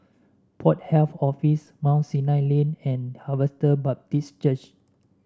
Port Health Office Mount Sinai Lane and Harvester Baptist Church